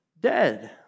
dead